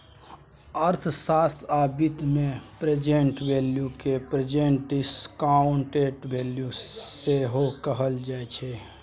अर्थशास्त्र आ बित्त मे प्रेजेंट वैल्यू केँ प्रेजेंट डिसकांउटेड वैल्यू सेहो कहल जाइ छै